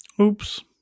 Oops